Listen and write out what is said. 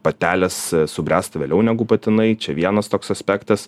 patelės subręsta vėliau negu patinai čia vienas toks aspektas